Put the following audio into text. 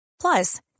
Plus